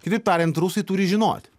kitaip tariant rusai turi žinoti